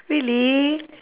really